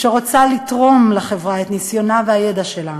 שרוצה לתרום לחברה את ניסיונה והידע שלה,